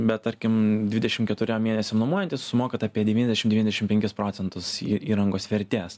bet tarkim dvidešim keturiem mėnesiam numojantis sumokat apie devyniasdešim devyniasdešim penkis procentus įrangos vertės